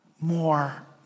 more